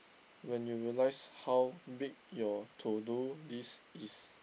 when you realise how big your to-do list is